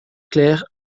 clair